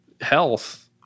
health